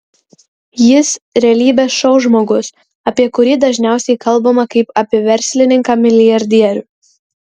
jis realybės šou žmogus apie kurį dažniausiai kalbama kaip apie verslininką milijardierių